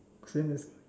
since it's